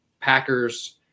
Packers